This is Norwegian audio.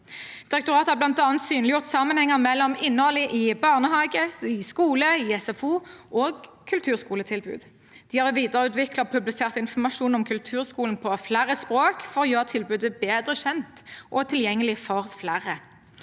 Direktoratet har bl.a. synliggjort sammenhenger mellom innholdet i barnehage, skole og SFO og kulturskoletilbudet. De har videreutviklet og publisert informasjon om kulturskolen på flere språk for å gjøre tilbudet bedre kjent og tilgjengelig for flere.